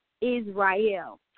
israel